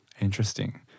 Interesting